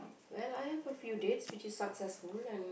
well I have a few dates which is successful and